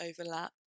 overlap